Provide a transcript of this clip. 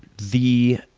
the